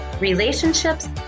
relationships